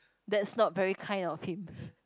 that's not very kind of him